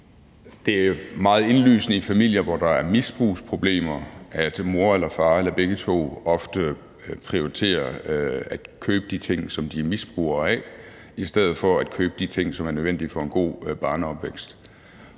Det er meget indlysende i familier, hvor der er misbrugsproblemer, at moren eller faren eller begge to ofte prioriterer at købe de ting, som de er misbrugere af, i stedet for at købe de ting, som er nødvendige for en god barneopvækst.